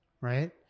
right